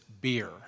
beer